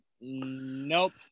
nope